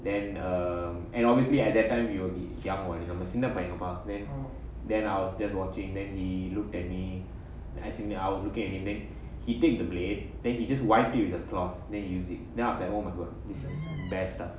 then um and obviously at that time you will be young what சின்ன பையன்க பா:chinna paiyanga pa then then I was just watching then he looked at me as in I was looking at him then he take the blade then he just wiped it with a cloth then he used it then I was like oh my god this is messed up